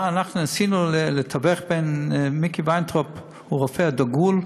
ניסינו לתווך בין מיקי וינטראוב, הוא רופא דגול,